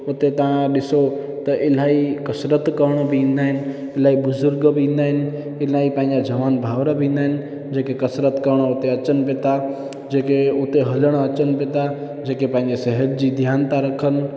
उते तव्हां ॾिसो त अलाई कसरत करण बि ईंदा आहिनि अलाई ॿुज़ुर्ग बि ईंदा आहिनि अलाई पंहिंजा जवान भाउर बि ईंदा आहिनि जेके कसरत करणु उते अचनि बि था जेके हुते हलणु अचनि बि था जेके पंहिंजी सिहत जी ध्यानु था रखनि